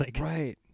Right